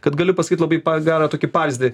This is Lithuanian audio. kad galiu pasakyt labai gerą tokį pavyzdį